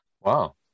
wow